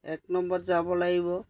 এক নম্বৰত যাব লাগিব